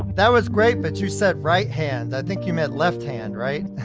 that was great but you said right-hand. i think you meant left-hand, right?